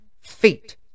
feet